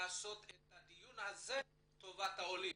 טובת העולים.